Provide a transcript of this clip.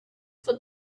for